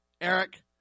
Eric